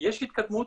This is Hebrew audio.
יש התקדמות,